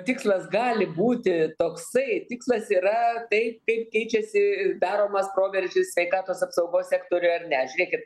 tikslas gali būti toksai tikslas yra tai kaip keičiasi daromas proveržis sveikatos apsaugos sektoriuje ar ne žiūrėkit